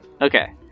Okay